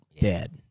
dead